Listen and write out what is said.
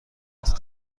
است